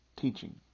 teaching